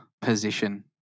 position